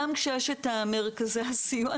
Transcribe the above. גם כשיש את מרכזי הסיוע,